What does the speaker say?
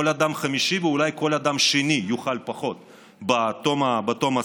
כל אדם חמישי ואולי כל אדם שני יאכל פחות בתום הסגר.